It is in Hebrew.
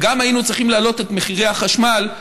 וגם היינו צריכים להעלות את מחירי החשמל,